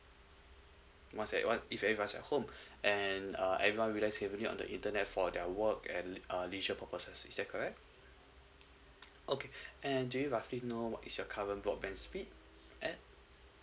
once at once if you are at home and uh everyone rely on the internet for their work and uh leisure purposes is that correct okay and do you roughly know what is your current broadband speed at